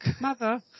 Mother